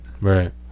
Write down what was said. Right